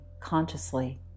consciously